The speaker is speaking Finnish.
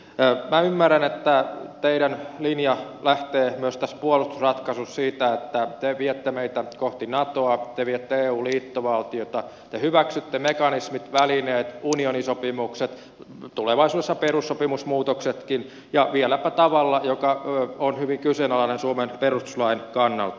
minä ymmärrän että teidän linjanne lähtee myös tässä puolustusratkaisussa siitä että te viette meitä kohti natoa te viette kohti eun liittovaltiota te hyväksytte mekanismit välineet unionisopimukset tulevaisuudessa perussopimusmuutoksetkin ja vieläpä tavalla joka on hyvin kyseenalainen suomen perustuslain kannalta